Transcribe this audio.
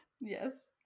Yes